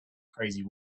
crazy